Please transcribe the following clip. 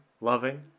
Loving